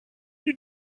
you